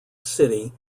city